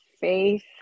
faith